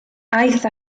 aeth